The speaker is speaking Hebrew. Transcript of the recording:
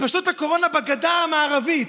התפשטות הקורונה בגדה המערבית,